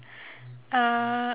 uh